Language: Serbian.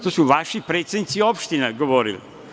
To su vaši predsednici opština govorili.